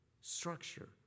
structure